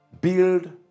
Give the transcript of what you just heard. build